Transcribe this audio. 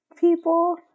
people